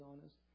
honest